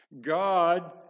God